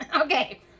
okay